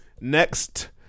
Next